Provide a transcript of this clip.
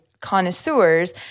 connoisseurs